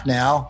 now